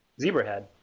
Zebrahead